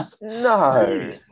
No